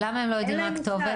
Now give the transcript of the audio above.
למה הם לא יודעים מה הכתובת?